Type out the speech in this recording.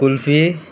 kulfi